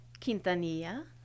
Quintanilla